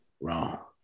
Wrong